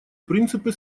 принципы